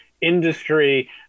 industry